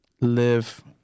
Live